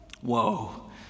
Whoa